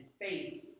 faith